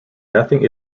nothing